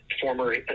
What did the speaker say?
Former